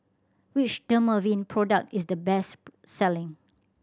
which Dermaveen product is the best selling